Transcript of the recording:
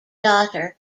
daughter